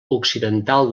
occidental